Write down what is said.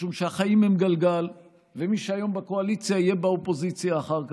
משום שהחיים הם גלגל ומי שהיום בקואליציה יהיה באופוזיציה אחר כך.